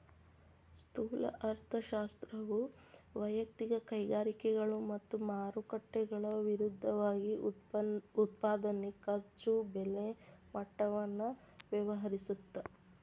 ಸ್ಥೂಲ ಅರ್ಥಶಾಸ್ತ್ರವು ವಯಕ್ತಿಕ ಕೈಗಾರಿಕೆಗಳು ಮತ್ತ ಮಾರುಕಟ್ಟೆಗಳ ವಿರುದ್ಧವಾಗಿ ಉತ್ಪಾದನೆ ಖರ್ಚು ಬೆಲೆ ಮಟ್ಟವನ್ನ ವ್ಯವಹರಿಸುತ್ತ